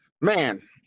man